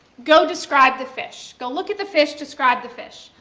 go describe the fish. go look at the fish, describe the fish.